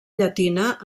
llatina